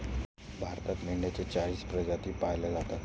भारतात मेंढ्यांच्या चाळीस प्रजाती पाळल्या जातात